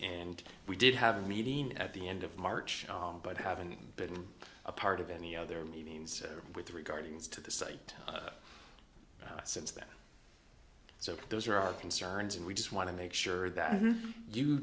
and we did have a meeting at the end of march but haven't been a part of any other meetings with regards to the site since then so those are our concerns and we just want to make sure that you